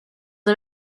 him